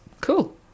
Cool